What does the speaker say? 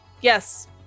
Yes